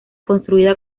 construida